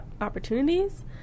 opportunities